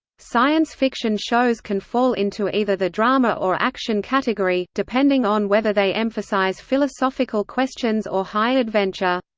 science fiction shows can fall into either the drama or action category, depending on whether they emphasize philosophical questions or high adventure.